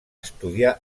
estudiar